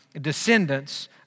descendants